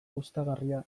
gustagarria